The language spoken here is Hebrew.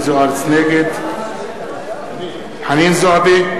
נגד חנין זועבי,